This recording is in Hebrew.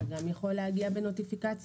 אתה גם יכול להגיע בנוטיפיקציה.